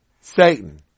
Satan